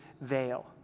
veil